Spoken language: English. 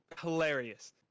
hilarious